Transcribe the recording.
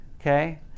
okay